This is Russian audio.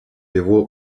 его